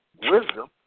wisdom